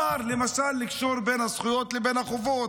למשל לקשור בין הזכויות לבין החובות.